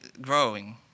growing